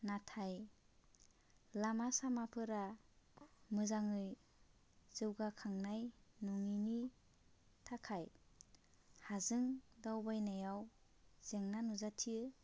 नाथाय लामा सामाफोरा मोजाङै जौगाखांनाय नङिनि थाखाय हाजों दावबायनायाव जेंना नुजाथियो